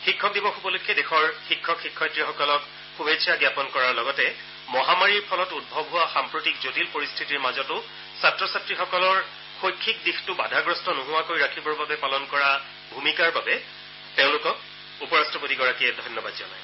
শিক্ষক দিৱস উপলক্ষে দেশৰ শিক্ষক শিক্ষয়িত্ৰীসকলক শুভেচ্ছা জাপন কৰাৰ লগতে মহামাৰীৰ ফলত উদ্ভৱ হোৱা সাম্প্ৰতিক জটিল পৰিস্থিতিৰ মাজতো ছাত্ৰ ছাত্ৰীসকলৰ শৈক্ষিক দিশটো বাধাগ্ৰস্ত নোহোৱাকৈ ৰাখিবৰ বাবে পালন কৰা ভূমিকাৰ বাবে তেওঁলোকক উপ ৰট্টপতিগৰাকীয়ে ধন্যবাদ জনায়